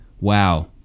wow